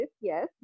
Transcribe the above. Yes